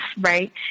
right